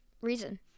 reason